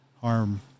harm